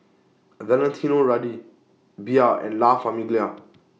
Valentino Rudy Bia and La Famiglia